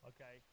Okay